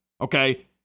okay